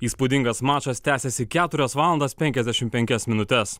įspūdingas mačas tęsėsi keturias valandas penkiasdešim penkias minutes